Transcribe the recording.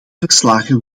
verslagen